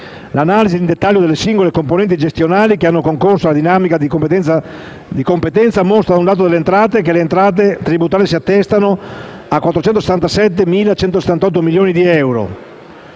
L'analisi in dettaglio delle singole componenti gestionali che hanno concorso alla dinamica di competenza mostra, dal lato delle entrate, che le entrate tributarie si attestano sulla cifra di 477.178 milioni di euro